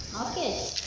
Okay